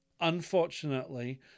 Unfortunately